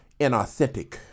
inauthentic